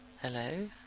Hello